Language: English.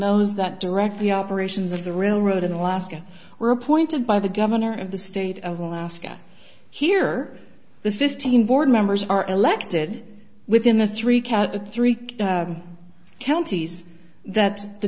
those that direct the operations of the railroad in alaska were appointed by the governor of the state of alaska here the fifteen board members are elected within the three cat three counties that the